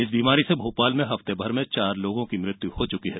इस बीमारी से भोपाल में हफ़ते भर में चार लोगों की मृत्यु हो चुकी है